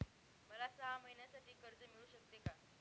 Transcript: मला सहा महिन्यांसाठी कर्ज मिळू शकते का?